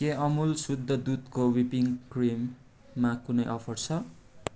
के अमुल शुद्ध दुधको व्हिपिङ्ग क्रिममा कुनै अफर छ